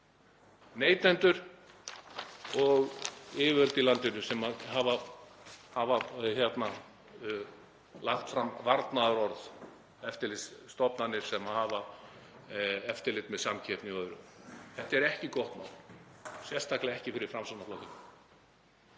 neytendur og yfirvöld í landinu sem hafa lagt fram varnaðarorð, eftirlitsstofnanir sem hafa eftirlit með samkeppni og öðru. Þetta er ekki gott mál, sérstaklega ekki fyrir Framsóknarflokkinn.